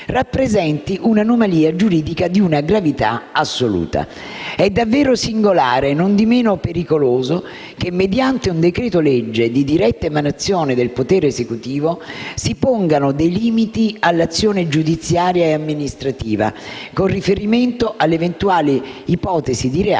rappresenti un'anomalia giuridica di una gravità assoluta. È davvero singolare, nondimeno pericoloso, che, mediante un decreto-legge di diretta emanazione dell'Esecutivo, si pongano dei limiti all'azione giudiziaria e amministrativa con riferimento all'eventuale ipotesi di reato